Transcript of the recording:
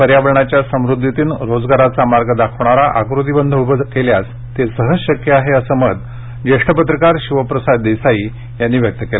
पर्यावरणाच्या समृध्दीतून रोजगाराचा मार्ग दाखवणारा आकृतीबंध उभं केल्यास हे सहज शक्य आहे असं मत ज्येष्ठ पत्रकार शिवप्रसाद देसाई यांनी व्यक्त केलं